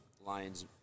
Lions